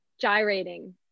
gyrating